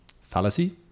fallacy